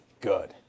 good